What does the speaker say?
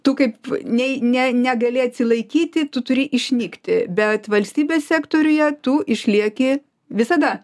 tu kaip nei ne negali atsilaikyti tu turi išnykti bet valstybės sektoriuje tu išlieki visada